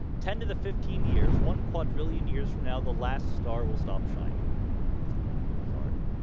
ten to the fifteen years one quadrillion years from now the last star will stop shining sorry